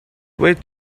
wait